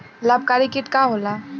लाभकारी कीट का होला?